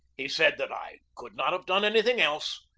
he said that i could not have done anything else,